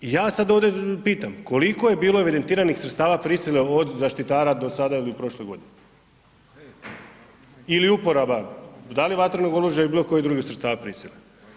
I ja sad ovdje pitam, koliko je bilo evidentiranih sredstava prisile od zaštite do sada ili u prošloj godini, ili uporaba da li vatrenog oružja ili bilo kojih drugih sredstava prisile?